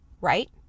right